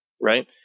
right